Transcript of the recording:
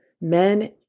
men